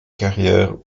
carrière